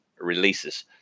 releases